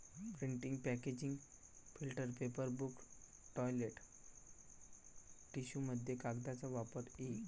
printing packaging filter paper book toilet टिश्यूमध्ये कागदाचा वापर इ